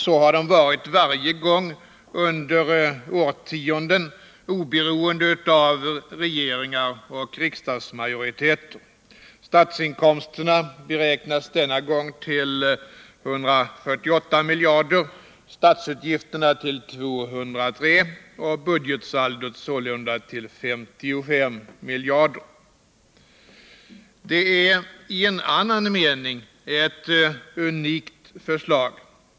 Så har de varit varje gång under årtionden, oberoende av regeringar och riksdagsmajoriteter. Statsinkomsterna beräknas denna gång till 148 miljarder, statsutgifterna till 203 miljarder och budgetsaldot sålunda till 55 miljarder. Budgetpropositionen är i en annan mening ett unikt förslag.